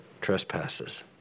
trespasses